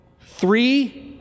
three